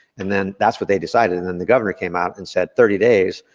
and then that's what they decided. and then the governor came out and said thirty days.